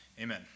Amen